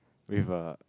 with a